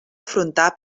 afrontar